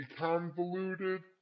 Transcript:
convoluted